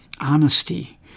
honesty